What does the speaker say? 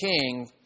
king